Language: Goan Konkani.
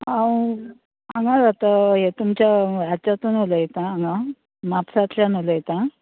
हांव तुमच्या हाच्यांतून उलयतां म्हापशांतसून उलयतां